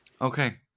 Okay